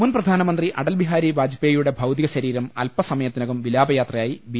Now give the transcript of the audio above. മുൻ പ്രധാനമന്ത്രി അടൽ ബിഹാരി വാജ്പേയിയുടെ ഭൌതി കശരീരം അല്പസമയത്തിനകം വിലാപയാത്രയായി ബി